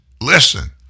Listen